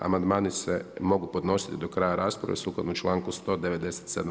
Amandmani se mogu podnositi do kraja rasprave sukladno članku 197.